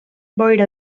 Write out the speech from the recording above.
boira